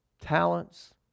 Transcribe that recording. talents